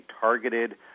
targeted